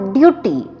duty